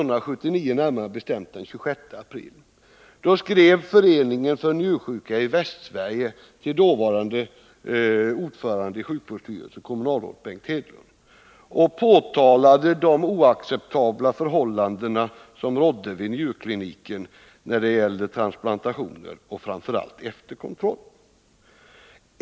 Den 26 april 1979 skrev Föreningen för njursjuka i Västsverige till dåvarande ordföranden i sjukvårdsstyrelsen, kommunalrådet Bengt Hedlund, och påtalade de oacceptabla förhållanden som rådde vid njurkliniken när det gäller transplantationer och framför allt efterkontroll.